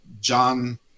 john